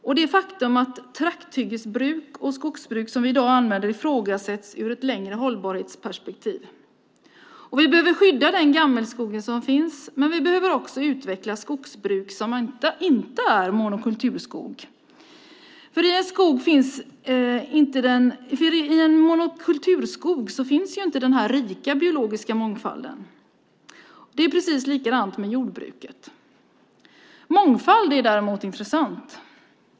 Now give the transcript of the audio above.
Det är ett faktum att det trakthyggesbruk och skogsbruk som i dag används ifrågasätts ur ett längre hållbarhetsperspektiv. Vi behöver skydda den gammelskog som finns, men vi behöver också utveckla skogsbruk som inte är monokulturskog. I en monokulturskog finns inte den rika biologiska mångfalden. Det är precis likadant med jordbruket. Mångfald är däremot intressant.